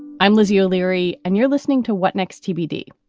i'm lizzie o'leary and you're listening to what next tbd,